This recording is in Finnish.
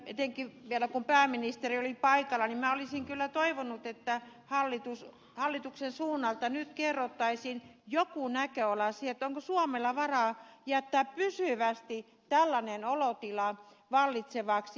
etenkin vielä kun pääministeri oli paikalla olisin kyllä toivonut että hallituksen suunnalta nyt kerrottaisiin joku näköala siihen onko suomella varaa jättää pysyvästi tällainen olotila vallitsevaksi